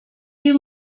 you